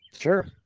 Sure